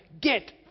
get